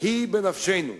היא בנפשנו.